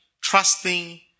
trusting